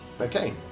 Okay